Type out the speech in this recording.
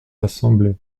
l’assemblée